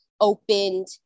opened